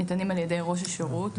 ניתנים על ידי ראש השירות.